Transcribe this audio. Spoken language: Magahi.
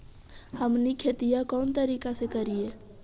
हमनी खेतीया कोन तरीका से करीय?